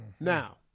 Now